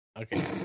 Okay